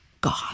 God